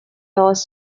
loose